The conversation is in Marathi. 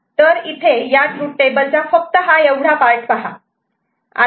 तर इथे या ट्रूथ टेबल चा फक्त हा पार्ट पहा